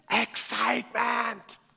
excitement